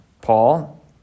Paul